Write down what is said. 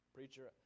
Preacher